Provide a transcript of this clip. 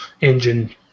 engine